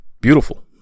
beautiful